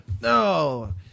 No